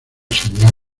señal